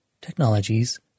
Technologies